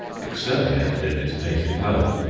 exterminated in its native home,